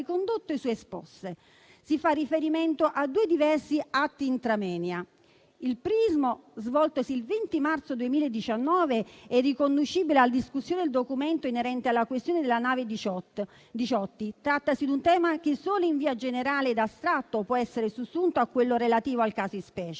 Si fa riferimento a due diversi atti *intra moenia*. Il primo, svoltosi il 20 marzo 2019, è riconducibile alla discussione del documento inerente alla questione della nave Diciotti. Si tratta di un tema che solo in via generale e astratta può essere sussunto a quello relativo al caso di specie.